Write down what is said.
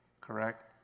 correct